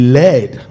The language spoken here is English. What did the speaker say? led